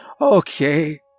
okay